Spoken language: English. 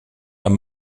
are